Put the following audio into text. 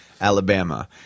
Alabama